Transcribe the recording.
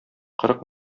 кырык